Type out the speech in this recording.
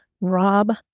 rob